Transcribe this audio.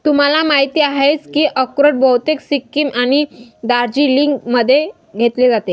तुम्हाला माहिती आहेच की अक्रोड बहुतेक सिक्कीम आणि दार्जिलिंगमध्ये घेतले जाते